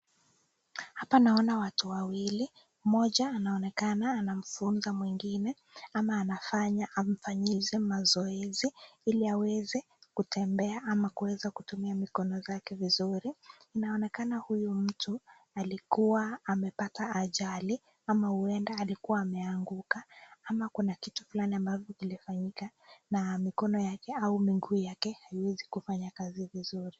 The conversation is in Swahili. Hapa naona watu wawili . Mmoja anaonekana anamfunza mwingine ama anafanyisha mazoezo hili aweze kutembea ama kuweza kutumia mikono zake vizuri . Inaonekana huyu mtu alikuwa amepata ajali ama uenda alikuwa ameaguka ama Kuna kitu fulani ambacho kilifanyika na mikono yake au miguu yake